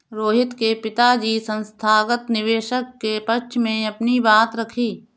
रोहित के पिताजी संस्थागत निवेशक के पक्ष में अपनी बात रखी